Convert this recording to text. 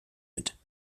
mit